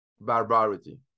barbarity